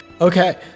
Okay